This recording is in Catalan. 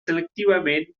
selectivament